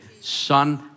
Son